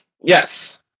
Yes